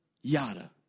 yada